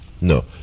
No